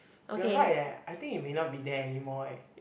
you're right leh I think it may not be there anymore eh